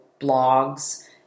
blogs